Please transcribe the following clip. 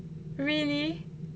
really